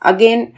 Again